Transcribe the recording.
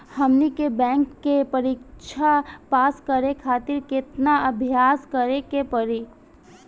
हमनी के बैंक के परीक्षा पास करे खातिर केतना अभ्यास करे के पड़ी?